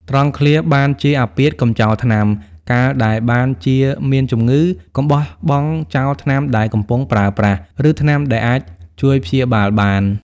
ត្រង់ឃ្លា បានជាអាពាធ កុំចោលថ្នាំ កាលដែលបានជាមានជំងឺ កុំបោះបង់ចោលថ្នាំដែលកំពុងប្រើប្រាស់ ឬថ្នាំដែលអាចជួយព្យាបាលបាន។